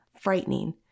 frightening